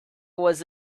was